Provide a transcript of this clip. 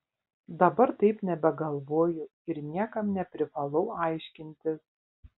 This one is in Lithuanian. dabar taip nebegalvoju ir niekam neprivalau aiškintis